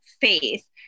faith